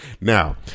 Now